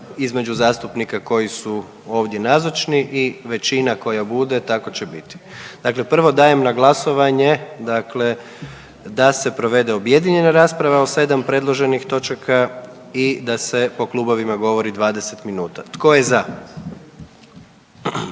između zastupnika koji su ovdje nazočni i većina koja bude tako će biti. Dakle, prvo dajem na glasovanje dakle da se provede objedinjena rasprava o 7 predloženih točaka i da se po klubovima govori 20 minuta. Tko je za?